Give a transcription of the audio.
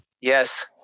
Yes